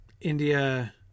India